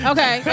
Okay